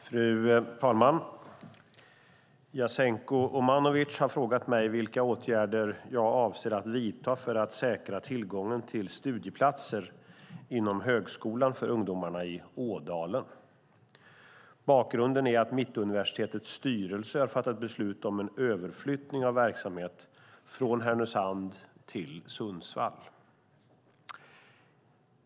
Fru talman! Jasenko Omanovic har frågat mig vilka åtgärder jag avser att vidta för att säkra tillgången till studieplatser inom högskolan för ungdomarna i Ådalen. Bakgrunden är att Mittuniversitetets styrelse har fattat beslut om en överflyttning av verksamhet från Härnösand till Sundsvall.